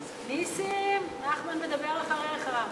נסים, נחמן מדבר אחריך.